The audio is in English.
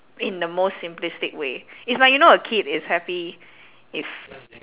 in the most simplistic way it's like you know a kid is happy if